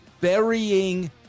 burying